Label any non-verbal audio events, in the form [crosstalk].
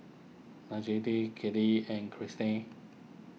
[unintelligible] Kennedi and Cristian